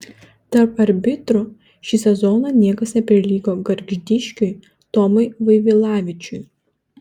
tarp arbitrų šį sezoną niekas neprilygo gargždiškiui tomui vaivilavičiui